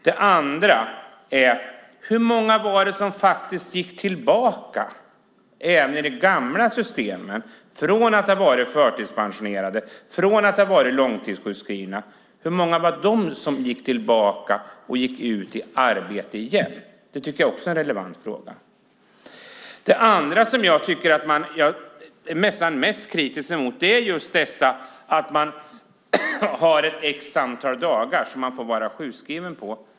Hur många var det i det gamla systemet som gick tillbaka till arbetet igen efter att ha varit förtidspensionerade och långtidssjukskrivna? Det är också en relevant fråga. Det jag är nästan mest kritisk mot är att det numera är x dagar som man får vara sjukskriven.